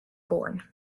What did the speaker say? born